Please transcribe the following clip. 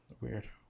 Weird